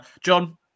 John